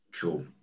Cool